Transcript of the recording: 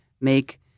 make